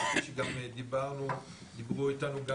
שגם דיברו איתנו גם